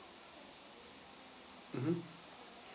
mmhmm